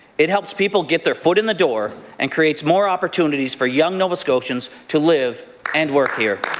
it helps people get their foot in the door and creates more opportunities for young nova scotians to live and work here.